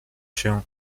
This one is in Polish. się